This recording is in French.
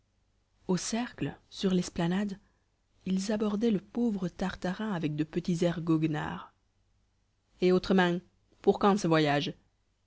au cercle sur l'esplanade ils abordaient le pauvre tartarin avec de petits airs goguenards page et autremain pour quand ce voyage